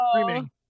screaming